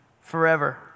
forever